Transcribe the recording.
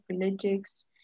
politics